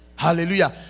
Hallelujah